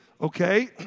okay